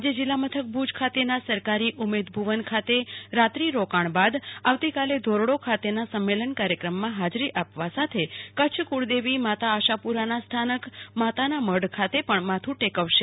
આજે જિલ્લા મથક ભુજ ખાતેના સરકારી ઉમેદભુવન ખાતે રાત્રિ રોકાણ બાદ આવતીકાલે ધોરડો ખાતેના સંમેલન કાર્યક્રમમાં હાજરી આપવા સાથે કચ્છ કુળદેવી માતા આશાપુરાના સ્થાનક માતાનામઢ ખાતે પણ માથું ટેકવશે